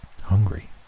hungry